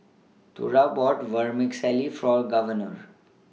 Thora bought Vermicelli For Governor